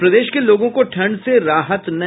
और प्रदेश के लोगों को ठंड से राहत नहीं